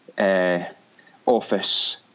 Office